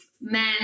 men